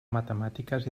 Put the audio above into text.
matemàtiques